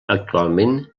actualment